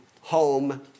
home